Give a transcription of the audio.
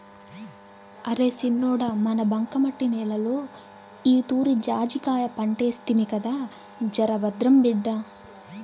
అరే సిన్నోడా మన బంకమట్టి నేలలో ఈతూరి జాజికాయ పంటేస్తిమి కదా జరభద్రం బిడ్డా